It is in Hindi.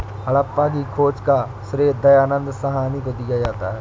हड़प्पा की खोज का श्रेय दयानन्द साहनी को दिया जाता है